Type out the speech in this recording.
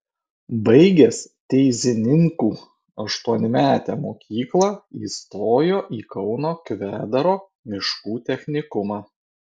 baigęs teizininkų aštuonmetę mokyklą įstojo į kauno kvedaro miškų technikumą